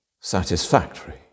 satisfactory